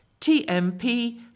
TMP